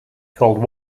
called